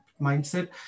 mindset